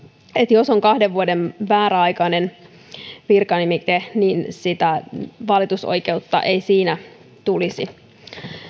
jos on kahden vuoden määräaikainen virkanimike niin sitä valitusoikeutta ei siinä tulisi